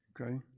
okay